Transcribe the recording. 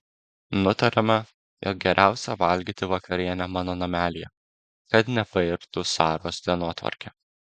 nutariame jog geriausia valgyti vakarienę mano namelyje kad nepairtų saros dienotvarkė